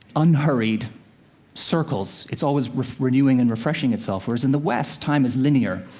unhurried circles. it's always renewing and refreshing itself. whereas in the west, time is linear.